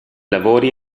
lavori